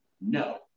no